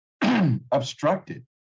obstructed